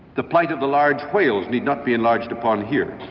the plight of the large whales need not be enlarged upon here.